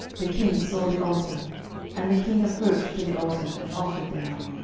the king saw the altar and the king approached to the altar, and offered thereon.